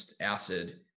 acid